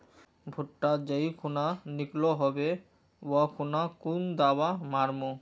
भुट्टा जाई खुना निकलो होबे वा खुना कुन दावा मार्मु?